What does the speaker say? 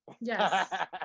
Yes